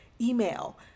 email